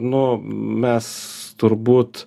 nu mes turbūt